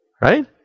Right